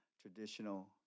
traditional